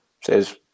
says